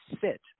sit